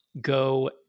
go